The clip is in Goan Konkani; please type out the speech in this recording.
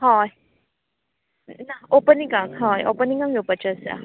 होय ना ओपनिंगांक हय ओपनिंगांक येवपाचें आसा